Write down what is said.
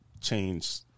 change